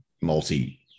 multi